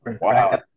Wow